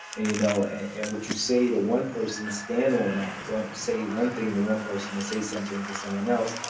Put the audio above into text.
and you know, and what you say to one person, stand on that. don't say one thing to one person. they say something to someone else.